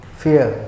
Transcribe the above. fear